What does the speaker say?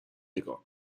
نگاه